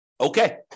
Okay